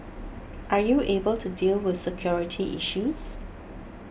are you able to deal with security issues